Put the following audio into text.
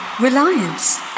Reliance